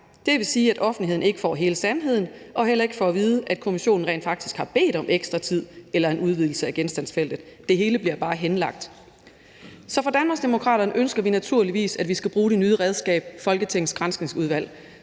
Det vil sige, at offentligheden ikke får hele sandheden og heller ikke får at vide, at kommissionen rent faktisk har bedt om ekstra tid eller en udvidelse af genstandsfeltet – det hele bliver bare henlagt. Så i Danmarksdemokraterne ønsker vi naturligvis, at vi skal bruge Folketingets nye redskab, Granskningsudvalget,